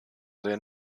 der